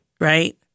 right